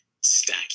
stack